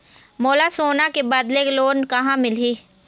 मोला सोना के बदले लोन कहां मिलही?